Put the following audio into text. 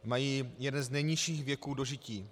Mají jeden z nejnižších věků dožití.